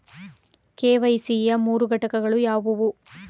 KYC ಯ ಮೂರು ಘಟಕಗಳು ಯಾವುವು?